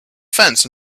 fence